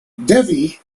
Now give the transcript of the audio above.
devi